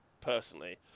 personally